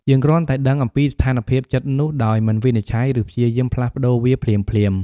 យើងគ្រាន់តែដឹងអំពីស្ថានភាពចិត្តនោះ ដោយមិនវិនិច្ឆ័យ ឬព្យាយាមផ្លាស់ប្ដូរវាភ្លាមៗ។